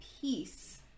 peace